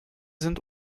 sind